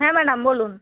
হ্যাঁ ম্যাডাম বলুন